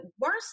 worst